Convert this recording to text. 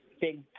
big